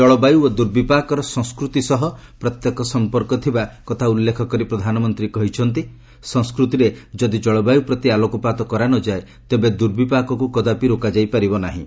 ଜଳବାୟୁ ଓ ଦୁର୍ବିପାକର ସଂସ୍କୃତି ସହ ପ୍ରତ୍ୟକ୍ଷ ସମ୍ପର୍କ ଥିବା କଥା ଉଲ୍ଲେଖ କରି ପ୍ରଧାନମନ୍ତ୍ରୀ କହିଛନ୍ତି ସଂସ୍କୃତିରେ ଯଦି ଜଳବାୟୁ ପ୍ରତି ଆଲୋକପାତ କରାନଯାଏ ତେବେ ଦୁର୍ବିପାକକୁ କଦାପି ରୋକାଯାଇ ପାରିବ ନାହିଁ